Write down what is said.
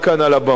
ובצדק,